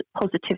positive